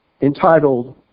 entitled